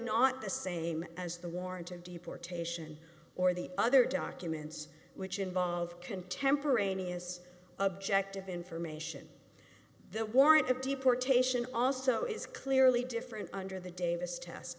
not the same as the warrant of deportation or the other documents which involve contemporaneous objective information the warrant of deportation also is clearly different under the davis test